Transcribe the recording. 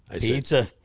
Pizza